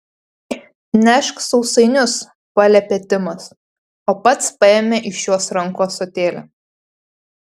nešk sausainius paliepė timas o pats paėmė iš jos rankų ąsotėlį